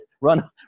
run